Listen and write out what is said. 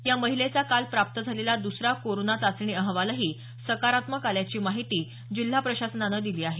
या महिलेचा काल प्राप्त झालेला दुसरा कोरोना चाचणी अहवालही सकारात्मक आल्याची माहिती जिल्हा प्रशासनाने दिली आहे